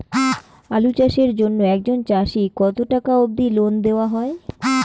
আলু চাষের জন্য একজন চাষীক কতো টাকা অব্দি লোন দেওয়া হয়?